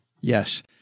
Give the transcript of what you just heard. Yes